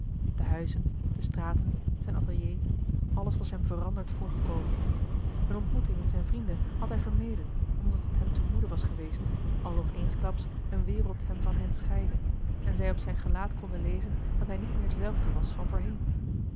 de huizen de straten zijn atelier alles was hem veranderd voorgekomen een ontmoeting met zijn vrienden had hij vermeden omdat t hem te moede was geweest alsof eensklaps een wereld hem van hen scheidde en zij op zijn gelaat konden lezen dat hij niet meer dezelfde was van voorheen